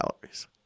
calories